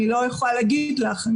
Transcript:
אני לא יכולה להגיד לך.